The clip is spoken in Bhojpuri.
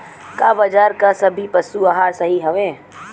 का बाजार क सभी पशु आहार सही हवें?